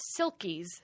silkies